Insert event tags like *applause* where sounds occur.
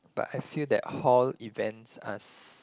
but I feel that hall events are *noise*